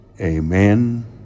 amen